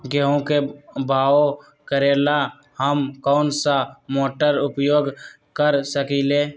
गेंहू के बाओ करेला हम कौन सा मोटर उपयोग कर सकींले?